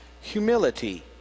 humility